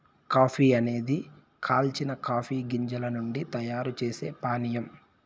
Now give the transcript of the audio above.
coffee అనేది కాల్చిన coffee గింజల నుండి తయారు చేసే పానీయం